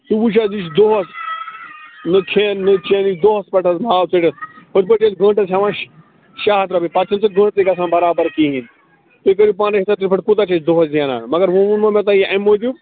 ژٕ وُچھ حظ یہِ دۄہَس نہَ کھٮ۪ن نہَ چٮ۪ن یہِ چھُ دۄہَس پٮ۪ٹھ حظ ناو ژٔٹِتھ ہُتھٕ پٲٹھۍ أسۍ گنٛٹس ہٮ۪وان شے شےٚ ہَتھ رۄپیہِ پتہٕ چھُنہٕ سُہ گنٛٹہِ تہِ گَژھان برابر کِہیٖنۍ تُہۍ کٔرِو پانَے حِساب تِتھ پٲٹھۍ کوٗتاہ چھِ أسۍ دۄہس زینان مگر وۅنۍ ووٚنمو مےٚ تۅہہِ یہِ اَمہِ موٗجوٗب